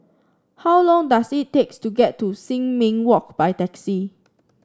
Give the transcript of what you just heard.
how long does it takes to get to Sin Ming Walk by taxi